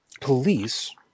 police